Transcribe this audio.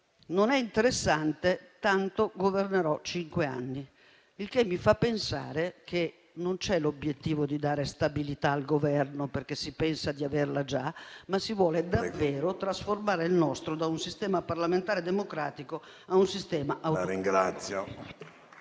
non è interessante, tanto governerò cinque anni. Il che mi fa pensare che non c'è l'obiettivo di dare stabilità al Governo, perché si pensa di averla già, ma si vuole davvero trasformare il nostro da un sistema parlamentare democratico a un sistema...